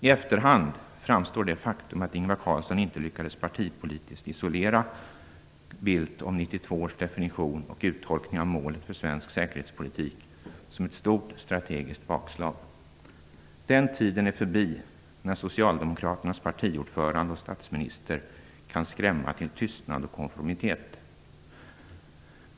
I efterhand framstår det faktum att Ingvar Carlsson inte lyckades att partipolitiskt isolera Bildt när det gällde 1992 års definition och tolkning av målet för svensk säkerhetspolitik som ett stort strategiskt bakslag. Den tiden är förbi när Socialdemokraternas partiordförande och statsminister kan skrämma till tystnad och konformitet.